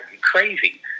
crazy